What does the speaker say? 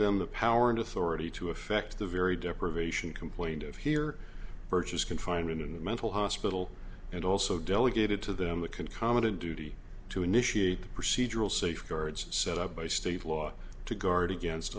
them the power and authority to effect the very deprivation complained of here purchased confinement in a mental hospital and also delegated to them that can comment a duty to initiate procedural safeguards set up by state law to guard against